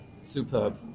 Superb